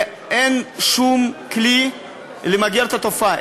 ואין שום כלי למגר את התופעה.